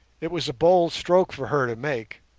it was a bold stroke for her to make,